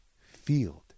field